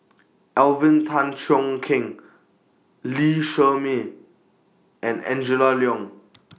Alvin Tan Cheong Kheng Lee Shermay and Angela Liong